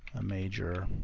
a major